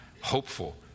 hopeful